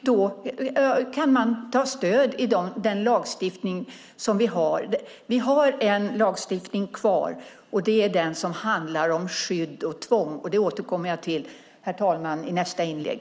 Då kan man ta stöd i den lagstiftning som vi har. Vi har en lagstiftning kvar, och det är den som handlar om skydd och tvång. Det återkommer jag till, herr talman, i nästa inlägg.